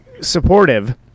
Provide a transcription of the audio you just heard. supportive